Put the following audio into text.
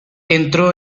entró